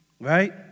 right